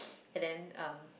and then um